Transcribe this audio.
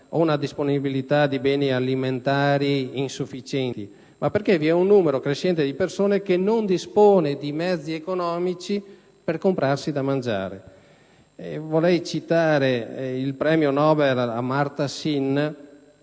o una disponibilità di beni alimentari sufficienti, ma perché vi è un numero crescente di persone che non dispone dei mezzi economici per comprarsi da mangiare. Vorrei citare il premio Nobel Amartya Sen